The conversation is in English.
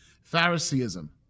Phariseeism